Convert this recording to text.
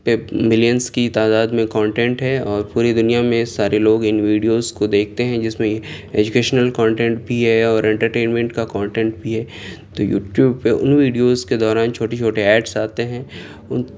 پہ ملینس کی تعداد میں کانٹینٹ ہیں اور پوری دنیا میں سارے لوگ ان ویڈیوز کو دیکھتے ہیں جس میں ایجوکیشنل کانٹینٹ بھی ہے اور انٹرٹینمنٹ کا کانٹینٹ بھی ہے تو یوٹیوب پہ ان ویڈیوز کے دوران چھوٹے چھوٹے ایڈس آتے ہیں ان